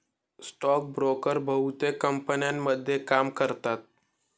stock broker बहुतेक कंपन्यांमध्ये काम करतात